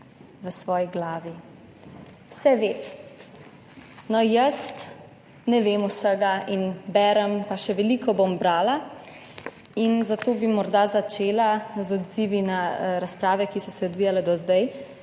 v svoji glavi. Vseved. No, jaz ne vem vsega in berem, pa še veliko bom brala. Zato bi morda začela z odzivi na razprave, ki so se odvijale do zdaj,